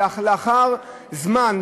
אלא לאחר זמן,